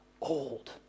old